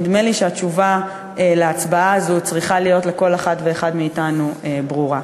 נדמה לי שהתשובה בהצבעה הזו צריכה להיות לכל אחד ואחד מאתנו ברורה.